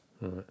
right